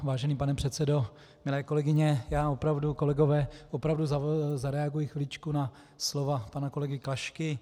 Vážený pane předsedo, milé kolegyně, kolegové, já opravdu zareaguji chviličku na slova pana kolegy Klašky.